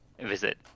visit